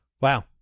Wow